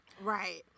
Right